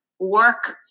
work